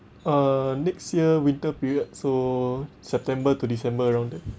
uh next year winter period so september to december around that